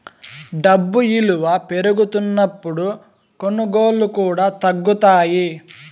డబ్బు ఇలువ పెరుగుతున్నప్పుడు కొనుగోళ్ళు కూడా తగ్గుతాయి